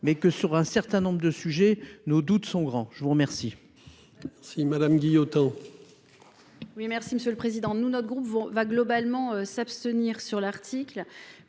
mais que sur un certain nombre de sujets nos doutes sont grands. Je vous remercie.